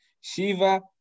shiva